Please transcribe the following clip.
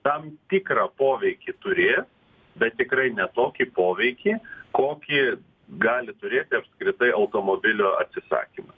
tam tikrą poveikį turės bet tikrai ne tokį poveikį kokį gali turėti apskritai automobilio atsisakymas